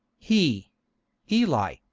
he ely,